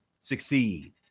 succeed